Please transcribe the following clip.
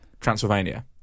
Transylvania